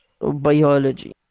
biology